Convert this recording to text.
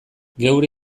geure